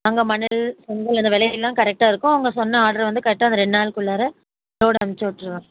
அங்கே மணல் செங்கல் அந்த விலையெல்லாம் கரெக்டாக இருக்கும் அவங்க சொன்ன ஆர்டர் வந்து கரெக்டாக இந்த ரெண்டு நாள் குள்ளார லோடு அனுப்பிச்சி விட்ருவேன்